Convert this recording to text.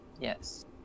Yes